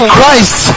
Christ